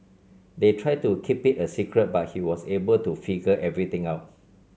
they tried to keep it a secret but he was able to figure everything out